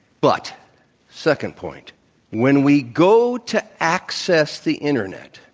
but second point when we go to access the internet,